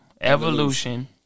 Evolution